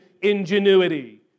Ingenuity